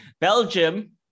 Belgium